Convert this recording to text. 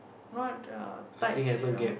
not err tights you know